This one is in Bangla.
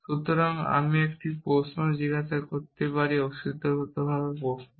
সুতরাং আমি একটি প্রশ্ন জিজ্ঞাসা করতে পারি অস্তিত্বগতভাবে প্রশ্ন